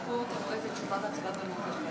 עוֹדֶה.